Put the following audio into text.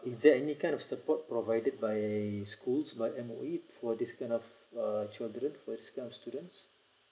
is there any kind of support provided by school by M_O_E for this kind of uh children for this kind of students